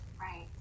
Right